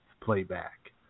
playback